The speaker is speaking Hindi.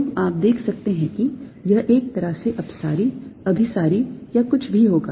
तो आप देख सकते हैं कि यह एक तरह से अपसारी अभिसारी या कुछ भी होगा